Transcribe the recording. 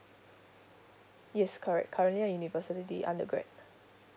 yes correct currently a university undergrad